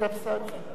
בבקשה.